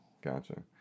gotcha